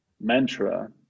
mantra